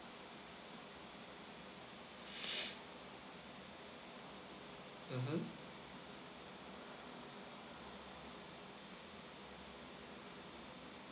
mmhmm